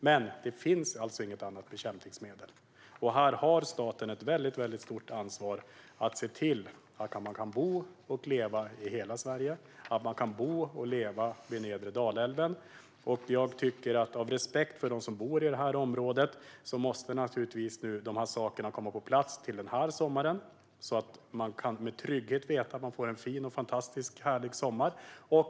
Men det finns alltså inget annat bekämpningsmedel. Här har staten ett väldigt stort ansvar att se till att man kan bo och leva i hela Sverige och att man kan bo och leva vid nedre Dalälven. Jag tycker att dessa saker måste komma på plats till sommaren i år, av respekt för dem som bor i detta område, så att de kan känna sig trygga och veta att de får en fantastiskt härlig sommar.